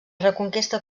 reconquesta